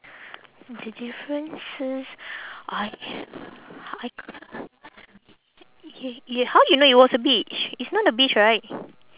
the differences I I ca~ ye~ ye~ how you know it was a beach it's not a beach right